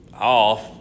off